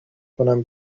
کنم